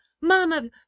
mama